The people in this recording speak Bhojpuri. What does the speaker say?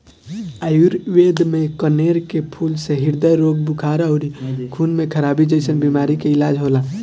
आयुर्वेद में कनेर के फूल से ह्रदय रोग, बुखार अउरी खून में खराबी जइसन बीमारी के इलाज होला